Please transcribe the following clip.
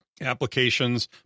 applications